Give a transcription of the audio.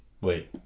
wait